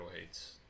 hates